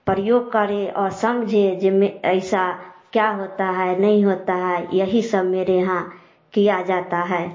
प्रयोग करें और समझे जिनमें ऐसा क्या होता है नहीं होता है यही सब मेरे यहाँ किया जाता है